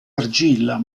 argilla